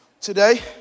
Today